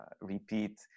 repeat